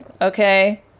Okay